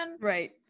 right